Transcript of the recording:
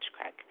Craig